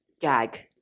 Gag